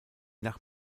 nach